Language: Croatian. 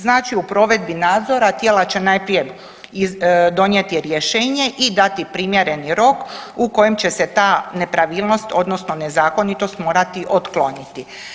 Znači u provedbi nadzora, tijela će najprije donijeti rješenje i dati primjereni rok u kojem će se ta nepravilnost odnosno nezakonitost morati otkloniti.